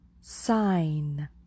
sign